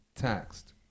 taxed